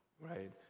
right